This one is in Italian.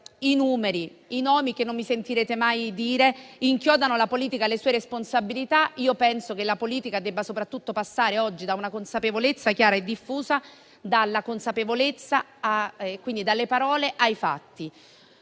i numeri e i nomi che non mi sentirete mai fare inchiodano la politica alle sue responsabilità, penso che la politica debba soprattutto passare oggi da una consapevolezza chiara e diffusa, e quindi, dalle parole ai fatti.